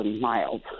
miles